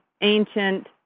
ancient